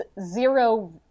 zero